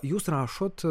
jūs rašot